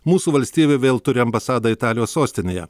mūsų valstybė vėl turi ambasadą italijos sostinėje